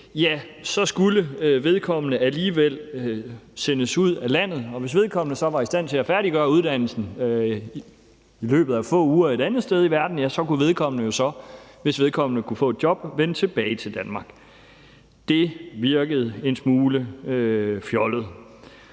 ja, så skulle vedkommende alligevel sendes ud af landet, og hvis vedkommende så var i stand til at færdiggøre uddannelsen i løbet af få uger et andet sted i verden, kunne vedkommende så, hvis vedkommende kunne få et job, vende tilbage til Danmark. Det virkede en smule fjollet.